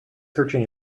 searching